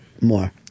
more